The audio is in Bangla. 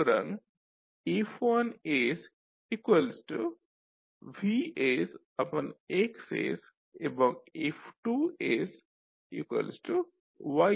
সুতরাং F1VX এবং F2YV